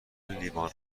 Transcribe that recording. لیوان